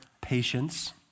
patience